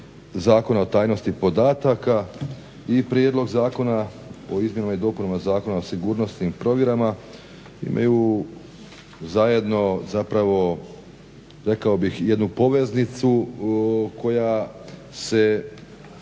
Zakona o tajnosti podataka i Prijedlog zakona o izmjenama i dopunama Zakona o sigurnosnim provjerama imaju zajedno zapravo rekao bih jednu poveznicu koja se